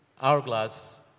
hourglass